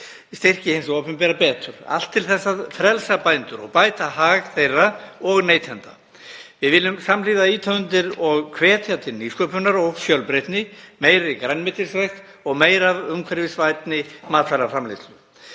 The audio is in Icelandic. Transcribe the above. styrki hins opinbera betur, allt til að frelsa bændur og bæta hag þeirra og neytenda. Við viljum samhliða ýta undir og hvetja til nýsköpunar og fjölbreytni, meiri grænmetisræktar og meira af umhverfisvænni matvælaframleiðslu.